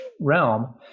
realm